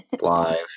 live